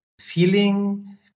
feeling